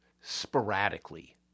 sporadically